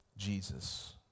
Jesus